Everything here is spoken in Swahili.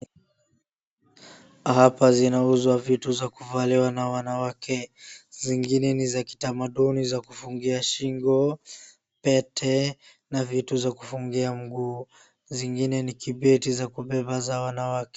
Hapa zinauzwa vitu za kuvaliwa na wanawake. Zingine ni za kitamaduni za kufungia shingo, pete na vitu za kufungia mguu. Zingine ni kibeti za kubeba za wanawake.